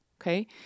Okay